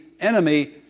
enemy